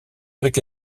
avec